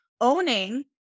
owning